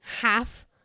half